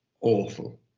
awful